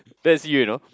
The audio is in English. that's you you know